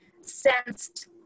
sensed